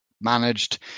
Managed